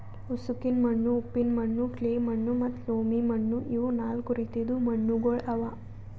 ಉಸುಕಿನ ಮಣ್ಣು, ಉಪ್ಪಿನ ಮಣ್ಣು, ಕ್ಲೇ ಮಣ್ಣು ಮತ್ತ ಲೋಮಿ ಮಣ್ಣು ಇವು ನಾಲ್ಕು ರೀತಿದು ಮಣ್ಣುಗೊಳ್ ಅವಾ